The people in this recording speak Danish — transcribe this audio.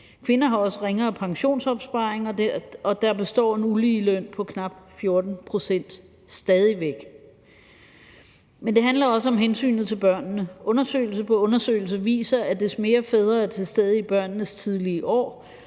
Kvinder har også ringere pensionsopsparing. Og der består stadig væk en ulighed i løn på knap 14 pct. Men det handler også om hensynet til børnene. Undersøgelse på undersøgelse viser, at des mere fædre er til stede i børnenes tidlige år,